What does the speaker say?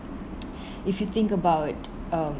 if we think about um